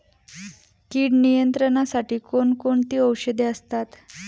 कीड नियंत्रणासाठी कोण कोणती औषधे असतात?